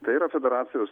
tai yra federacijos